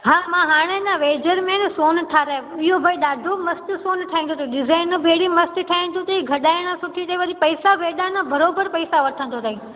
हा मां हाणे अञा वेझर में आहे न सोनु ठाहिरायो इहो भई ॾाढो मस्तु सोनु ठाहींदो अथई डिज़ाइन बि अहिड़ी मस्तु ठाहींदो अथई गॾाएण सुठी अथई वरी पैसा एॾा न बराबरि पैसा वठंदो अथई